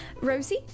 Rosie